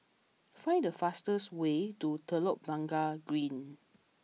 find the fastest way to Telok Blangah Green